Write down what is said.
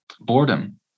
boredom